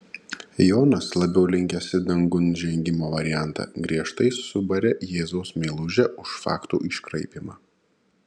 jonas labiau linkęs į dangun žengimo variantą griežtai subarė jėzaus meilužę už faktų iškraipymą